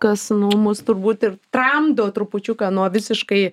kas nu mus turbūt ir tramdo trupučiuką nuo visiškai